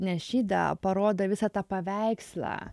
ne šydą parodo visą tą paveikslą